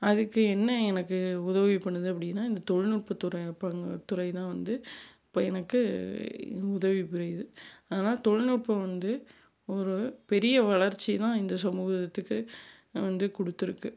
அதுக்கு என்ன எனக்கு உதவி பண்ணுது அப்படினா இந்த தொழில்நுட்ப துறை பங்கு துறை தான் வந்து இப்ப எனக்கு உதவி புரியுது அதுனால தொழில்நுட்பம் வந்து ஒரு பெரிய வளர்ச்சி தான் இந்த சமூகத்துக்கு வந்து கொடுத்துருக்கு